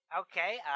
Okay